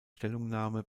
stellungnahme